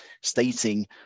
stating